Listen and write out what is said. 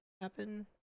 happen